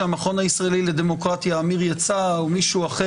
שהמכון הישראלי לדמוקרטיה עמיר יצא או מישהו אחר,